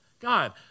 God